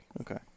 Okay